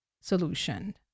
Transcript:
solution